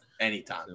anytime